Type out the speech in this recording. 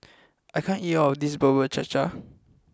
I can't eat all of this Bubur Cha Cha